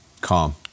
Calm